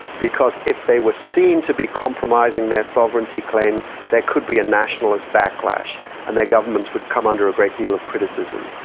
because if they were seen to be compromising their sovereignty claims there could be a nationalist backlash and their governments would come under a great deal of criticism.